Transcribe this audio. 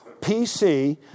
PC